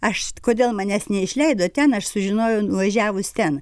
aš kodėl manęs neišleido ten aš sužinojau nuvažiavus ten